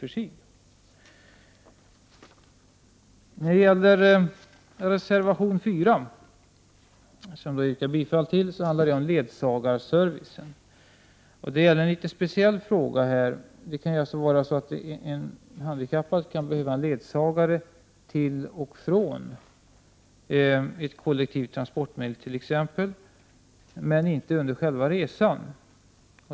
Reservation 4, som jag yrkar bifall till, handlar om ledsagarservicen. Det här är en speciell fråga. En handikappad kan t.ex. behöva en ledsagare till och från ett kollektivt transportmedel men inte under själva resan.